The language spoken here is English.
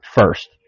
first